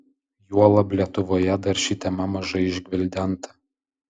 juolab lietuvoje dar ši tema mažai išgvildenta